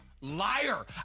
liar